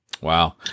Wow